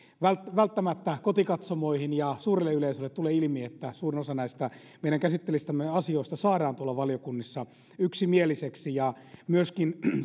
välttämättä tuonne kotikatsomoihin ja suurelle yleisölle tule ilmi että suurin osa näistä meidän käsittelemistämme asioista saadaan tuolla valiokunnissa yksimieliseksi